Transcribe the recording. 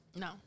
No